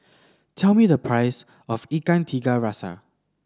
tell me the price of Ikan Tiga Rasa